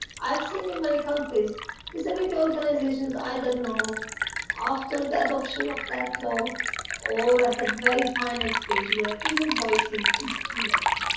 i have seen in many countries disability organisations either know after the adoption of that law or at the very final and stage where even voicing is too late.